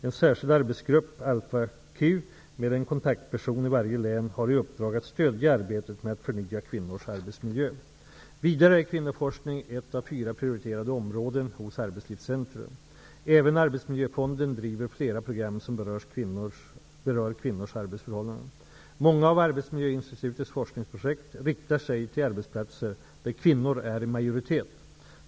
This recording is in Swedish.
En särskild arbetsgrupp -- ALFA-Q -- med en kontaktperson i varje län har i uppdrag att stödja arbetet med att förnya kvinnors arbetsmiljö. Vidare är kvinnoforskning ett av fyra prioriterade områden hos Arbetslivscentrum. Även Arbetsmiljöfonden driver flera program som berör kvinnors arbetsförhållanden. Många av Arbetsmiljöinstitutets forskningsprojekt riktar sig till arbetsplatser där kvinnor är i majoritet.